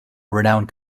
renowned